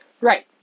Right